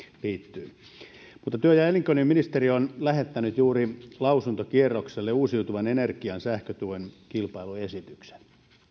liittyy työ ja elinkeinoministeriö on lähettänyt juuri lausuntokierrokselle uusiutuvan energian sähkötuen kilpailutusesityksen